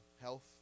Health